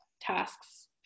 tasks